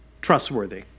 trustworthy